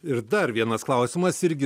ir dar vienas klausimas irgi